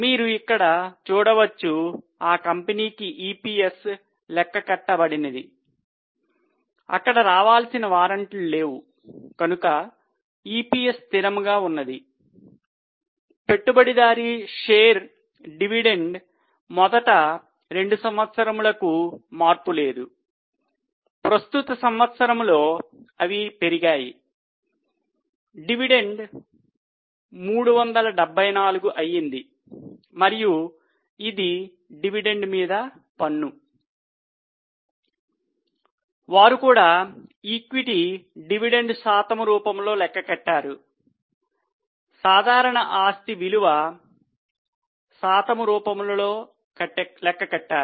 మీరు చూడండి పెట్టుబడిదారి మొత్తము శాతము రూపములో లెక్క కట్టారు